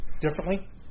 differently